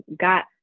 got